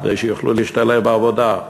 כדי שיוכלו להשתלב בעבודה,